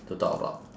to talk about